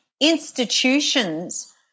institutions